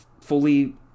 fully